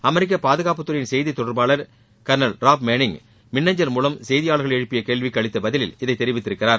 அமெரிக்க பாதுகாப்புத் துறையின் செய்தித் தொடர்பாளர் கர்னல் ராப் மேனிய் மின்னஞ்சல் மூலம் செய்தியாளர்கள் எழுப்பிய கேள்விக்கு அளித்த பதிலில் இதை தெரிவித்திருக்கிறார்